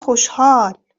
خوشحال